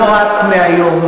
לא רק מהיום.